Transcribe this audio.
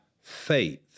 faith